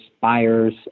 buyers